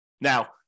Now